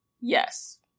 Yes